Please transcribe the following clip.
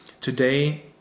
today